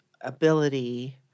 ability